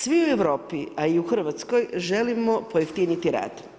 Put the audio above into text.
Svi u Europi a i u Hrvatskoj želimo pojeftiniti rad.